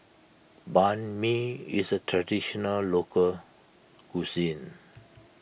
Banh Mi is a Traditional Local Cuisine